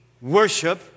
worship